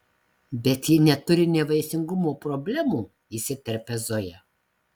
bet ji neturi nevaisingumo problemų įsiterpia zoja